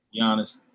Giannis